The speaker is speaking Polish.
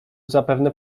zapewne